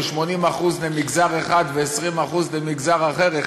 של 80% למגזר אחד ו-20% למגזר אחר,